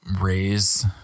Raise